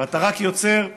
ואתה רק יוצר אנטי,